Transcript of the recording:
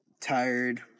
tired